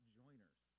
joiners